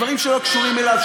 דברים שלא קשורים אליו,